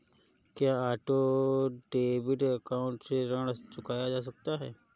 क्या auto debit account से ऋण चुकाया जा सकता है?